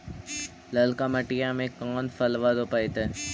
ललका मटीया मे कोन फलबा रोपयतय?